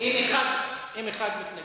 אם אחד מתנגד,